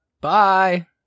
Bye